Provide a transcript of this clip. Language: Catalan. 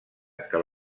que